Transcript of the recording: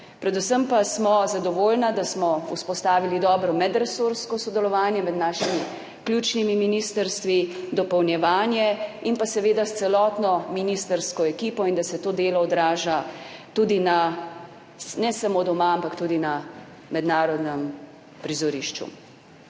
Predvsem pa sem zadovoljna, da smo vzpostavili dobro medresorsko sodelovanje med našimi ključnimi ministrstvi, dopolnjevanje s celotno ministrsko ekipo in da se to delo odraža tudi ne samo doma, ampak tudi na mednarodnem prizorišču.